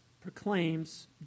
proclaims